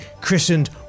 christened